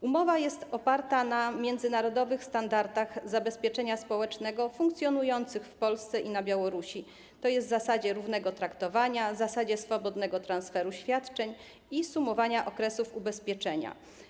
Umowa jest oparta na międzynarodowych standardach zabezpieczenia społecznego funkcjonujących w Polsce i na Białorusi, tj. zasadzie równego traktowania, zasadzie swobodnego transferu świadczeń i sumowania okresów ubezpieczenia.